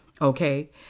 Okay